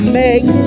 make